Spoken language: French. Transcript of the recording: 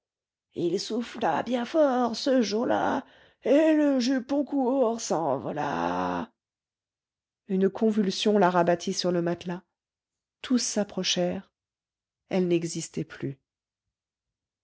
il souffla bien fort ce jour-là et le jupon court s'envola une convulsion la rabattit sur le matelas tous s'approchèrent elle n'existait plus